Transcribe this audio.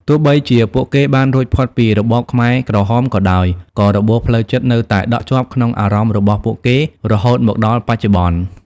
ទោះបីជាពួកគេបានរួចផុតពីរបបខ្មែរក្រហមក៏ដោយ ក៏របួសផ្លូវចិត្តនៅតែដក់ជាប់ក្នុងអារម្មណ៍របស់ពួកគេរហូតមកដល់បច្ចុប្បន្ន។